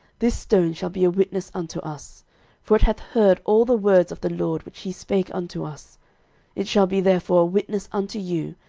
this stone shall be a witness unto us for it hath heard all the words of the lord which he spake unto us it shall be therefore a witness unto you,